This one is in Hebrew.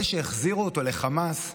אלה שהחזירו אותו לחמאס,